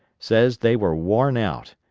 says they were worn out,